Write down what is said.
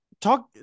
talk